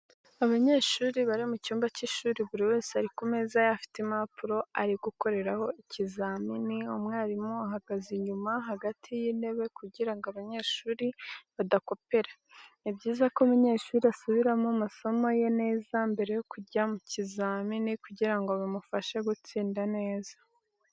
Abanyeshuri bari mu cyumba cy'ishuri buri wese ari ku meza ye afite impapuro ari gukoreraho ikizamini umwaalimu ahagaze inyuma hagati y'intebe kugirango abanyeshuri badakopera. ni byiza ko umunyeshuri asubiramo amasomo ye neza mbere yo kujya mu kizamini kugirango bimufashe gutsinda neza.